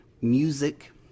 music